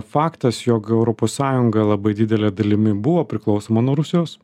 faktas jog europos sąjunga labai didele dalimi buvo priklausoma nuo rusijos